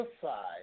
side